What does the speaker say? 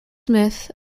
smith